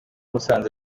musanze